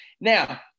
Now